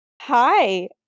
Hi